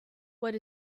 what